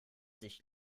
sich